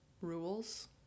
rules